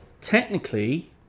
Technically